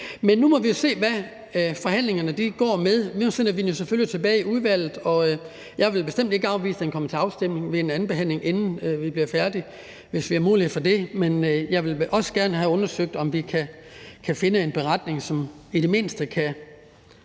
Men nu må vi jo se, hvad forhandlingerne går med. Nu sender vi det jo så selvfølgelig tilbage i udvalget, og jeg vil bestemt ikke afvise, at det kommer til afstemning ved en andenbehandling, inden vi bliver færdige, hvis vi har mulighed for det. Men jeg vil også gerne have undersøgt, om vi kan finde en beretning, som i det mindste kan